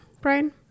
Brian